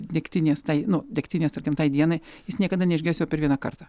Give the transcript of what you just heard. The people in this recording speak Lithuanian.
degtinės tai nu degtinės tarkim tai dienai jis niekada neišgers jo per vieną kartą